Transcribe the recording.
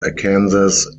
arkansas